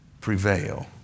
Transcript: prevail